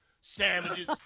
sandwiches